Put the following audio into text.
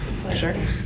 Pleasure